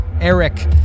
Eric